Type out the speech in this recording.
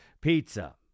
Pizza